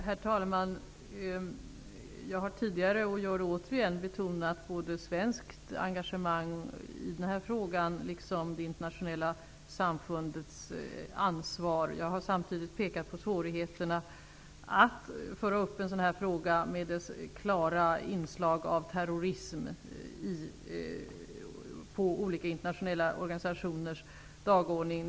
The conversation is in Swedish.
Herr talman! Jag har tidigare betonat -- och vill åter betona -- både det svenska engagemanget i denna fråga liksom det internationella samfundets ansvar. Jag har samtidigt pekat på svårigheterna att föra upp denna fråga med dess klara inslag av terrorism på olika internationella organisationers dagordning.